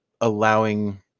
allowing